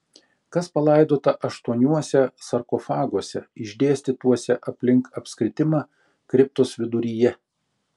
kas palaidota aštuoniuose sarkofaguose išdėstytuose aplink apskritimą kriptos viduryje